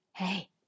Hey